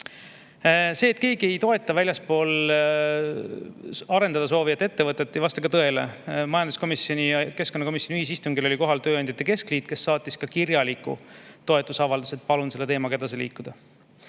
See, et keegi ei toeta seda väljaspool arendada soovivat ettevõtet, ei vasta ka tõele. Majanduskomisjoni ja keskkonnakomisjoni ühisistungil oli kohal tööandjate keskliit, kes saatis ka kirjaliku toetusavalduse, kus paluti selle teemaga edasi liikuda.